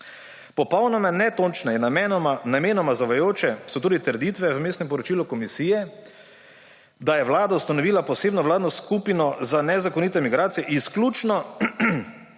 Popolnoma netočne in namenoma zavajajoče so tudi trditve v Vmesnem poročilu komisije, da je Vlada ustanovila posebno vladno skupino za nezakonite migracije izključno